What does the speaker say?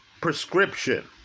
prescription